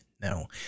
No